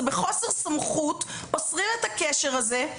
בחוסר סמכות אוסרים על הקשר הזה,